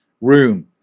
room